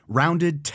rounded